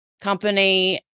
company